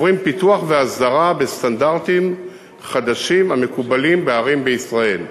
עוברים פיתוח והסדרה בסטנדרטים חדשים המקובלים בערים בישראל.